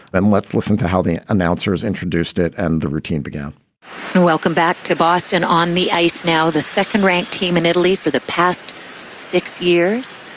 and let's listen to how the announcers introduced it and the routine began and welcome back to boston on the ice. now the second ranked team in italy for the past six years,